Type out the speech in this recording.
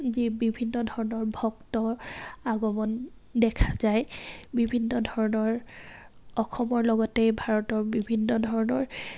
যি বিভিন্ন ধৰণৰ ভক্তৰ আগমণ দেখা যায় বিভিন্ন ধৰণৰ অসমৰ লগতেই ভাৰতৰ বিভিন্ন ধৰণৰ